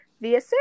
via